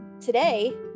today